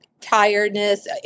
tiredness